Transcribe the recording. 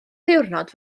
ddiwrnod